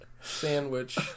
sandwich